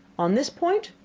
on this point,